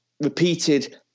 repeated